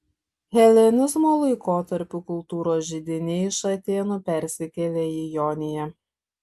helenizmo laikotarpiu kultūros židiniai iš atėnų persikėlė į joniją